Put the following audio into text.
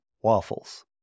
waffles